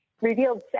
revealed